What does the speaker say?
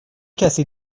کسی